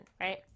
right